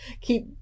keep